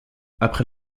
après